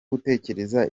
gutekereza